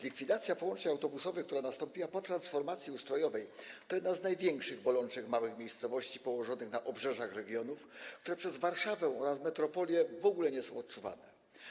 Likwidacja połączeń autobusowych, która nastąpiła po transformacji ustrojowej, to jedna z największych bolączek małych miejscowości położonych na obrzeżach regionów, bolączek, które przez Warszawę oraz metropolie w ogóle nie są odczuwane.